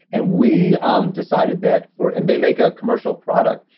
and we um decided that for. and they make a commercial product,